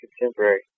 contemporary